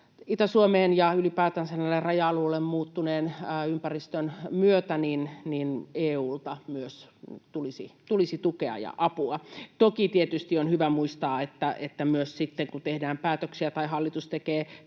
Itä-Suomeen ja ylipäätänsä näille raja-alueille muuttuneen ympäristön myötä myös EU:lta tulisi tukea ja apua. Toki tietysti on hyvä muistaa, että myös sitten, kun tehdään päätöksiä tai hallitus tekee päätöksiä